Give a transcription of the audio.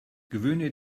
gewöhne